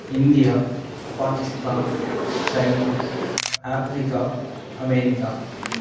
India Pakistan China Africa America